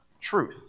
truth